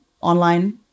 online